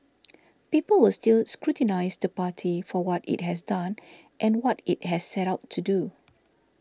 people will still scrutinise the party for what it has done and what it has set out to do